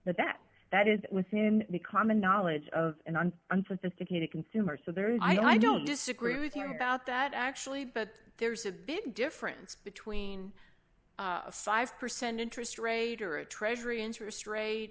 debt that is within the common knowledge of an unsophisticated consumer so there's i don't disagree we can about that actually but there's a big difference between a five percent interest rate or a treasury interest rate